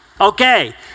Okay